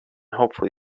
hopefully